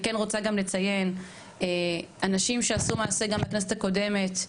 אני רוצה לציין גם אנשים מהכנסת הקודמת,